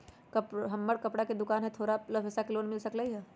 हमर कपड़ा के दुकान है हमरा थोड़ा पैसा के लोन मिल सकलई ह?